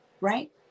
right